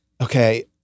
Okay